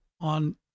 on